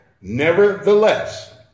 nevertheless